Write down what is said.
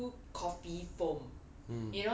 they don't do coffee foam